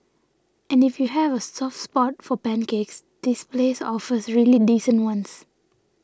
and if you have a soft spot for pancakes this place offers really decent ones